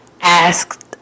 asked